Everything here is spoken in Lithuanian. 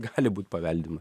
gali būt paveldima